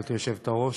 גברתי היושבת-ראש.